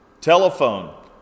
Telephone